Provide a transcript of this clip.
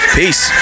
peace